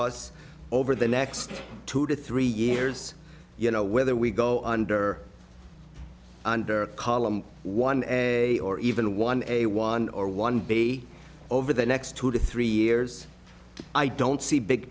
us over the next two to three years you know whether we go under under a column one day or even one a one or one b over the next two to three years i don't see big